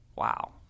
wow